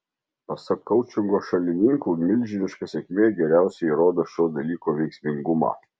pasak koučingo šalininkų milžiniška sėkmė geriausiai įrodo šio dalyko veiksmingumą